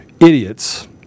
idiots